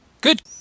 Good